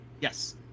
yes